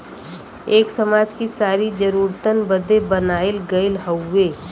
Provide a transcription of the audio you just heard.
एक समाज कि सारी जरूरतन बदे बनाइल गइल हउवे